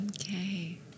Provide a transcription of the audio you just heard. Okay